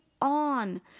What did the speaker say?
on